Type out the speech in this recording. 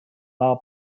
war